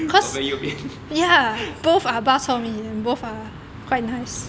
左边右边